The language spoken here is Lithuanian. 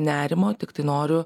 nerimo tiktai noriu